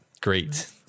great